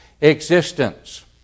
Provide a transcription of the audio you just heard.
existence